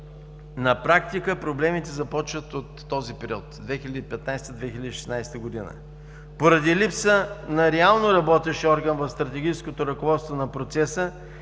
На практика проблемите започват от този период: 2015 – 2016 г. Липсата на реално работещ орган в стратегическото ръководство на процеса